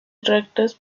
rectos